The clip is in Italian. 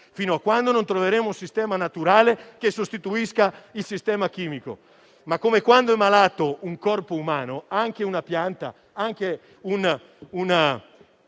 fino a quando non troveremo un sistema naturale che sostituisca il sistema chimico. Come quando è malato un corpo umano, anche una pianta, anche un